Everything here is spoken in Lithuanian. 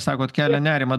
sakot kelia nerimą